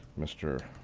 mr.